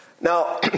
Now